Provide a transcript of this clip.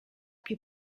più